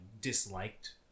disliked